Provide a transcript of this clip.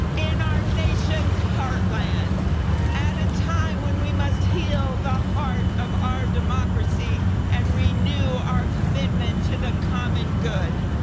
and our nation's heartland at a time when we must heal the heart of our democracy and renew our commitment to the common good,